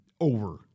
over